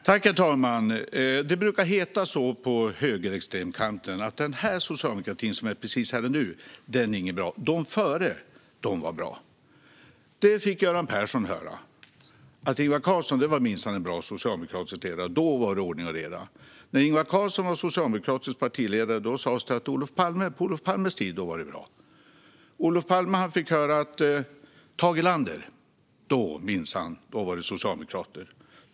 Herr talman! På högerextremkanten brukar det heta så: Den här socialdemokratin, precis här och nu, är inte bra. De som kom före var bra. Detta fick Göran Persson höra: Ingvar Carlsson var minsann en bra socialdemokratisk ledare; då var det ordning och reda. När Ingvar Carlsson var socialdemokratisk partiledare sas det att det var bra på Olof Palmes tid. Olof Palme fick höra att under Tage Erlander var det minsann socialdemokrater.